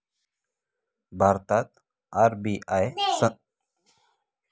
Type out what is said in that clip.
भारतात आर.बी.आय संदर्भ दरची गणना आर.बी.आय करते